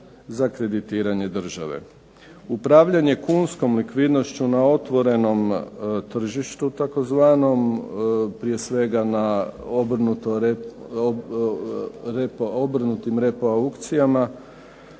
za kreditiranje države. Upravljanje kunskom likvidnošću na otvorenom tržištu tzv., prije svega na obrnutim repo aukcijama,